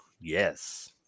Yes